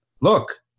Look